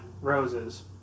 Rose's